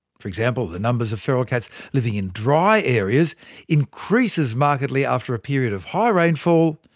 for example, the numbers of feral cats living in dry areas increases markedly after a period of high rainfall,